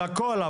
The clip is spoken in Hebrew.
על הכל,